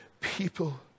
people